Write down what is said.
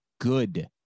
Good